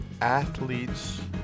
athletes